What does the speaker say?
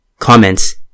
Comments